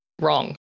wrong